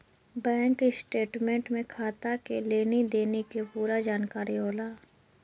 bank statement में खाता के लेनी देनी के पूरा जानकारी होला